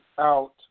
out